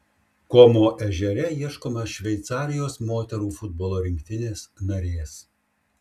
komo ežere ieškoma šveicarijos moterų futbolo rinktinės narės